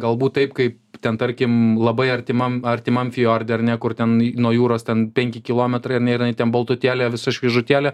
galbūt taip kaip ten tarkim labai artimam artimam fiorde ar ne kur ten nuo jūros ten penki kilometrai ar ne ir jinai ten baltutėlė visa šviežutėlė